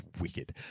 wicked